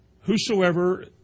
Whosoever